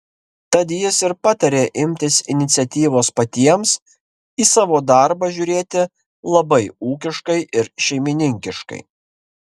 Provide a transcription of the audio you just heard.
tad jis ir patarė imtis iniciatyvos patiems į savo darbą žiūrėti labai ūkiškai ir šeimininkiškai